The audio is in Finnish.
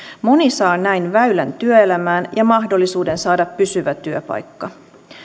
moni saa näin väylän työelämään ja mahdollisuuden saada pysyvä työpaikka